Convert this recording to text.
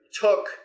took